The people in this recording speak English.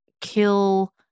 kill